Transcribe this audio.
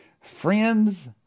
Friends